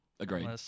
Agreed